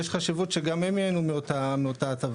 יש חשיבות שגם הם ייהנו מאותה ההטבה,